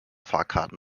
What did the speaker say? fahrkarten